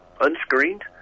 unscreened